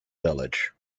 village